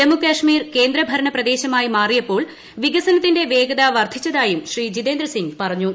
ജമ്മുകാശ്മീർ ക്രേന്ദ്രണ പ്രദേശമായി മാറിയപ്പോൾ വികസനത്തിന്റെ വേഗത് പ്ടർദ്ധിച്ചതായും ശ്രീ ജിതേന്ദ്ര സിംങ് പറഞ്ഞു